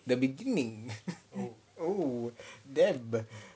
the beginning oh damn